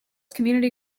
community